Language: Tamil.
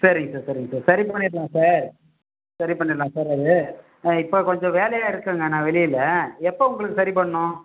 சரிங்க சார் சரிங்க சார் சரி பண்ணிடலாம் சார் சரி பண்ணிடலாம் சார் அது இப்போ கொஞ்சம் வேலையாக இருக்கேங்க நான் வெளியில் எப்போ உங்களுக்குச் சரி பண்ணணும்